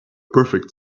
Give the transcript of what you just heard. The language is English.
perfect